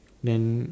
then